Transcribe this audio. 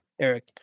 Eric